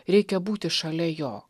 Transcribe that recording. reikia būti šalia jo